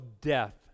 death